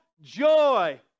joy